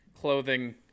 clothing